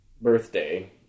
birthday